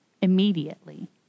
immediately